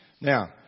Now